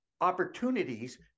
opportunities